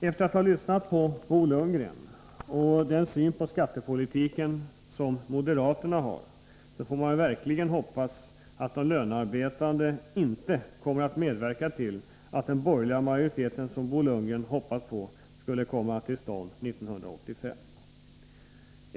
Efter att ha lyssnat på Bo Lundgren och den syn på skattepolitiken som moderaterna har, får jag verkligen hoppas att de lönarbetande inte kommer att medverka till att den borgerliga majoriteten, som Bo Lundgren hoppas på, verkligen kommer till stånd 1985.